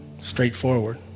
straightforward